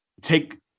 take